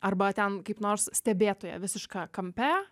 arba ten kaip nors stebėtoja visiška kampe